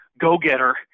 go-getter